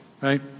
Right